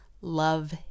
love